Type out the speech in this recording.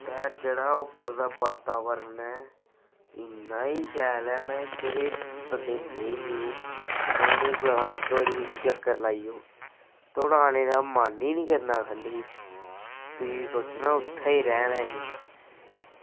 ते जेह्ड़ा उप्पर दा बाताबरण ऐ इन्ना ई शैल ऐ में जेह्ड़े बंदे नेईं गेदे में उ'नेंगी गलां इक बारी तुस चक्कर लाई आओ तोआढ़ा आने दा मन गै नी करना ख'ल्लै गी तुसें सोचना उत्थें गै रैह्ना असें